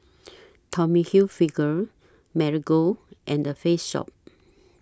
Tommy Hilfiger Marigold and The Face Shop